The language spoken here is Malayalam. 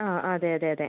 ആ അതെ അതെ അതെ